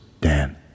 Dan